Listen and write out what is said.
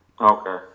Okay